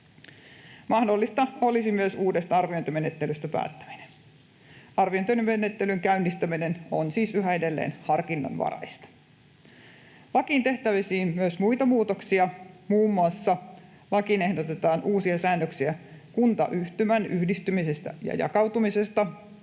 Mahdollista olisi myös uudesta arviointimenettelystä päättäminen. Arviointimenettelyn käynnistäminen on siis yhä edelleen harkinnanvaraista. Lakiin tehtäisiin myös muita muutoksia: Lakiin ehdotetaan muun muassa uusia säännöksiä kuntayhtymän yhdistymisestä ja jakautumisesta,